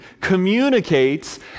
communicates